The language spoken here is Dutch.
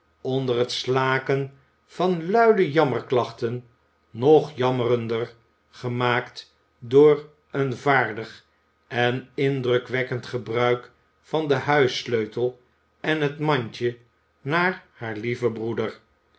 onder het slaken van luide jammerklachten nog jammerender gemaakt door een vaardig en indrukwekkend gebruik van den huissleutel en het mandje naar haar lieven broeder